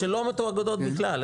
שלא מתואגדות בכלל.